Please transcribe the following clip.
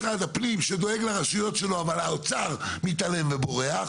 וגם לטובת משרד הפנים שדואג לרשויות שלו אבל האוצר מתעלם ובורח,